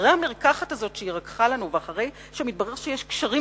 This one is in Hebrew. אחרי המרקחת הזאת שהיא רקחה לנו ואחרי שמתברר שיש קשרים